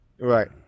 Right